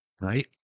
right